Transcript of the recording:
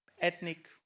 Ethnic